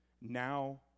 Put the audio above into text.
Now